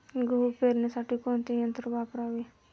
गहू पेरणीसाठी कोणते यंत्र वापरावे?